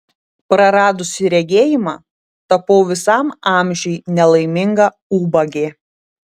praradusi regėjimą tapau visam amžiui nelaiminga ubagė